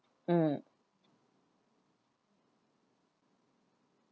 mm